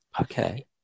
Okay